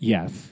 Yes